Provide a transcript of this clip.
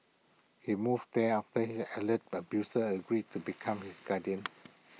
he moved there after he alleged abuser agreed to become his guardian